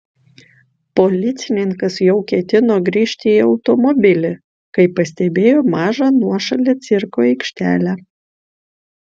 policininkas jau ketino grįžti į automobilį kai pastebėjo mažą nuošalią cirko aikštelę